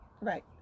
Right